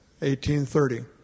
1830